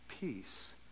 peace